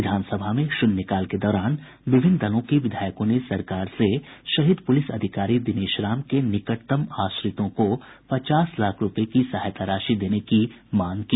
विधानसभा में शून्यकाल के दौरान विभिन्न दलों के विधायकों ने सरकार से शहीद पुलिस अधिकारी दिनेश राम के निकटतम आश्रितों को पचास लाख रूपये की सहायता राशि देने की मांग की